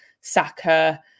Saka